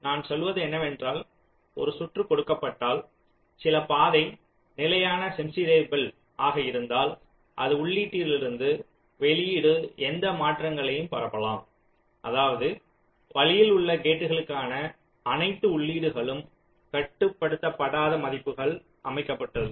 நான் சொல்வது என்னவென்றால் ஒரு சுற்று கொடுக்கப்பட்டால் சில பாதை நிலையான சென்சிடைஸபெல் ஆக இருந்தால் அது உள்ளீட்டிலிருந்து வெளியீடு எந்த மாற்றங்களையும் பரப்பலாம் அதாவது வழியில் உள்ள கேட்களுக்கான அனைத்து உள்ளீடுகளிலும் கட்டுப்படுத்தப்படாத மதிப்புகள் அமைக்கப்பட்டுள்ளது